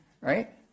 right